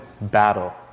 battle